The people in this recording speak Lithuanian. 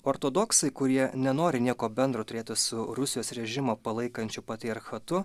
ortodoksai kurie nenori nieko bendro turėti su rusijos režimą palaikančių patriarchatu